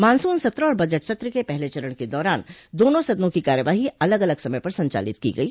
monsoon सत्र और budget सत्र के पहले चरण के दौरान दोनों सदनों की कार्यवाही अलग अलग समय पर संचालित की गई